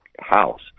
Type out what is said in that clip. house